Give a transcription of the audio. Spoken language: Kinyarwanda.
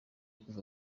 kuva